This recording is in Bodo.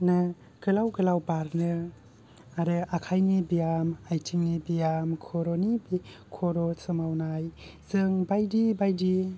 गोलाव गोलाव बारनो आरो आखायनि बियाम आयथिंनि बियाम खर'नि खर' सोमावनाय जों बायदि बायदि